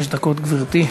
חמש דקות, גברתי.